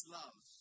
love